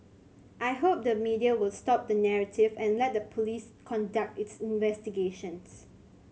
I hope the media will stop the narrative and let the police conduct its investigations